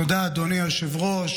תודה, אדוני היושב-ראש.